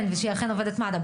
כן ושהיא אכן עובדת מד"א.